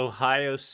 Ohio